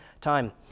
time